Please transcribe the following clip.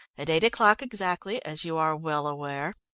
at eight o'clock exactly, as you are well aware,